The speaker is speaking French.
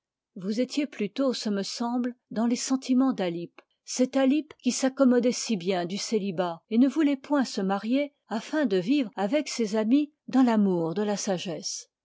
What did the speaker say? vous étiez plutôt ce me semble dans les sentiments de cet alype qui s'accommodait si bien du célibat et ne voulait point se marier afin de vivre avec ses amis dans l'amour de la sagesse